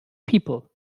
people